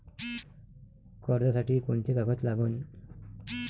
कर्जसाठी कोंते कागद लागन?